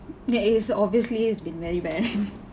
there is obviously it's been very bad